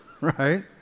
right